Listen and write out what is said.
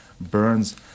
Burns